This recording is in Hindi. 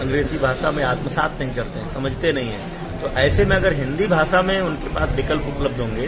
अंग्रेजी भाषा में आत्मसात नहीं करते हैं समझते नहीं तो ऐसे में अगर हिन्दी भाषा में उनके पास विकल्प उपलब्ध होंगे